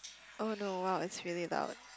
oh no !wow! it's really loud